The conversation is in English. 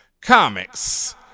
Comics